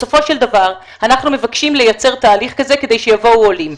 בסופו של דבר אנחנו מבקשים לייצר תהליך כזה כדי שיבואו עולים,